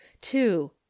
two